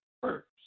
first